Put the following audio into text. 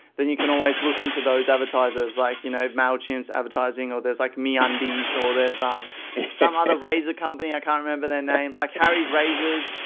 then you can always look into those advertisers. like, you know, mailchimp's advertising or there's like ah meundies or there's um some other razor company, i can't remember their name, like harry's razors.